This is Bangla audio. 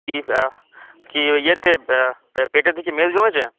কি কি ওই এতে পে পেটের দিকে মেদ জমেছে